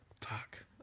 Fuck